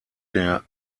der